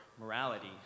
morality